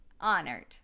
Honored